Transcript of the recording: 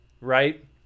right